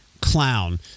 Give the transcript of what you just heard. clown